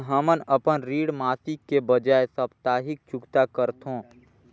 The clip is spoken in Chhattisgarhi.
हमन अपन ऋण मासिक के बजाय साप्ताहिक चुकता करथों